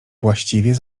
właściwie